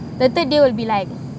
later there will be like